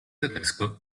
tedesco